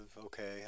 okay